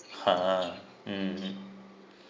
ha mm